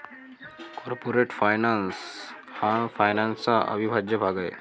corporate finance हा फायनान्सचा अविभाज्य भाग आहे